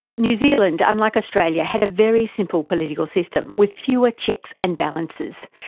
new zealand unlike australia had a very simple political system, with fewer checks and balances.